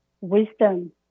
wisdom